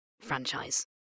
franchise